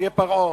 תהיה פרעה,